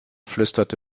flüsterte